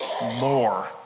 more